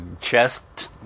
chest